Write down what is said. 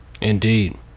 Indeed